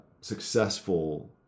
successful